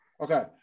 Okay